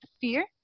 fear